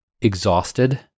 exhausted